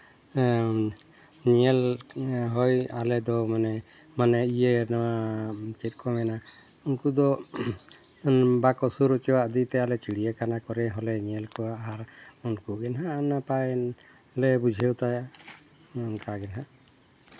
ᱧᱮᱞ ᱦᱳᱭ ᱟᱞᱮ ᱫᱚ ᱢᱟᱱᱮ ᱢᱟᱱᱮ ᱤᱭᱟᱹ ᱪᱮᱫ ᱠᱚ ᱢᱮᱱᱟ ᱩᱱᱠᱩ ᱫᱚ ᱵᱟᱠᱚ ᱥᱩᱨ ᱦᱚᱪᱚᱣᱟᱜ ᱤᱫᱤᱛᱮ ᱟᱞᱮ ᱪᱤᱲᱤᱭᱟ ᱠᱷᱟᱱᱟ ᱠᱚᱨᱮ ᱦᱚᱸᱞᱮ ᱧᱮᱞ ᱠᱚᱣᱟ ᱩᱱᱠᱩ ᱜᱮ ᱦᱟᱸᱜ ᱱᱟᱯᱟᱭ ᱞᱮ ᱵᱩᱡᱷᱟᱹᱣ ᱛᱟᱭᱟ ᱚᱱᱠᱟᱜᱮ ᱦᱟᱸᱜ